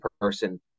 person